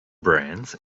brands